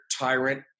tyrant